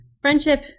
Friendship